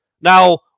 Now